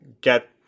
get